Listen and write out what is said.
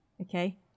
okay